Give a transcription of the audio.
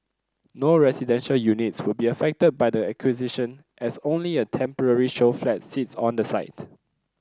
no residential units will be affected by the acquisition as only a temporary show flat sits on the site